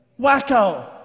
Wacko